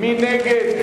מי נגד?